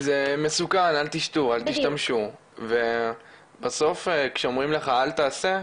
זה מסוכן, אל תשתמשו, אל תשתו.